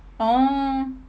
oh